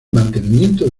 mantenimiento